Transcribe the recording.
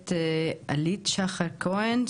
לגברת אלית שחר-כהן,